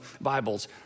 Bibles